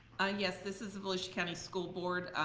yes, this is a volusia county school board.